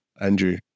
Andrew